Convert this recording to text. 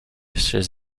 chez